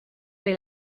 j’ai